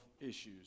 issues